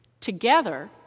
Together